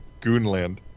Goonland